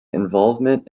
involvement